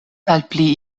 malpli